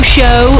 Show